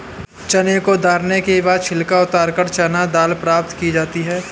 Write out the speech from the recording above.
चने को दरने के बाद छिलका उतारकर चना दाल प्राप्त की जाती है